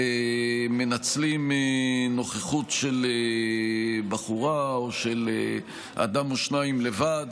שמנצלים נוכחות של בחורה או של אדם או שניים לבד,